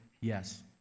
yes